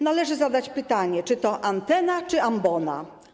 Należy zadać pytanie: Czy to antena, czy ambona?